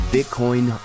Bitcoin